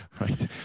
right